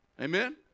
Amen